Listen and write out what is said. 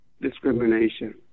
discrimination